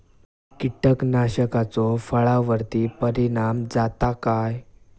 कीटकनाशकाचो फळावर्ती परिणाम जाता काय?